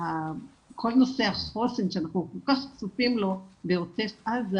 כל נושא החוסן שאנחנו כל כך צופים לו בעוטף עזה